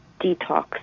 detox